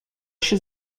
się